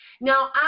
Now